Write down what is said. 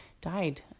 died